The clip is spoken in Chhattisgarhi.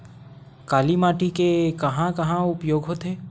काली माटी के कहां कहा उपयोग होथे?